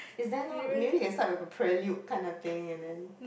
is there not maybe inside we have a prelude kind of thing and then